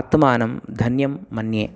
आत्मानं धन्यं मन्ये